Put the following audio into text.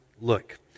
look